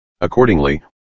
Accordingly